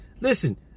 Listen